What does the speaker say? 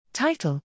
Title